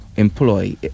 employ